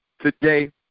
today